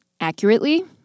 accurately